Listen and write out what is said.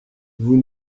vous